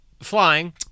Flying